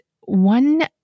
one